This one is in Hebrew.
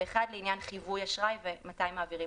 ואחד לעניין חיווי אשראי ומתי מעבירים